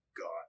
god